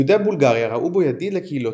יהודי בולגריה ראו בו ידיד לקהילותיהם.